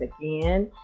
again